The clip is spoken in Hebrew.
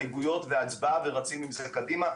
להסתייגויות, הצבעה, רצים עם זה קדימה.